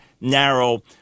narrow